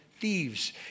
thieves